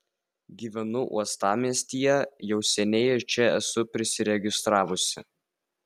gyvenu uostamiestyje jau seniai ir čia esu prisiregistravusi